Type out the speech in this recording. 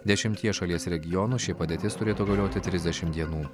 dešimtyje šalies regionų ši padėtis turėtų galioti trisdešimt dienų